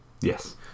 Yes